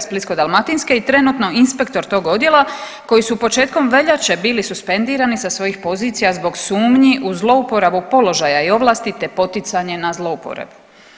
Splitsko-dalmatinske i trenutno inspektor tog odjela koji su početkom veljače bili suspendirani sa svojih pozicija zbog sumnji u zlouporabu položaja i ovlasti, te poticanje na zlouporabu.